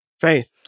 Faith